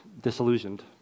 disillusioned